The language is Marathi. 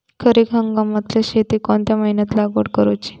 खरीप हंगामातल्या शेतीक कोणत्या महिन्यात लागवड करूची?